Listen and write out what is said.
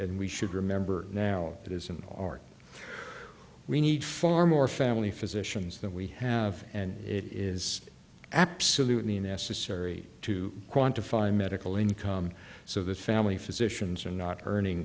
and we should remember now it is an art we need far more family physicians than we have and it is absolutely necessary to quantify medical income so that family physicians are not earning